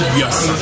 Yes